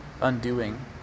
undoing